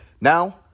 Now